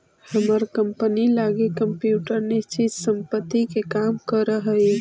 हमर कंपनी लगी कंप्यूटर निश्चित संपत्ति के काम करऽ हइ